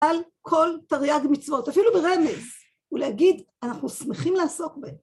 ‫על כל תרי"ג מצוות, אפילו ברמז, ‫ולהגיד, אנחנו שמחים לעסוק בהן.